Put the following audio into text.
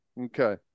Okay